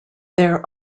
their